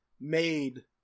made